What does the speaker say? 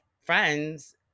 friends